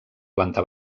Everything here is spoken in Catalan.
planta